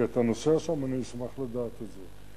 כי אתה נוסע שם, אני אשמח לדעת את זה.